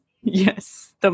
Yes